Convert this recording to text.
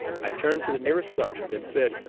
i turned to the nearest sergeant and said,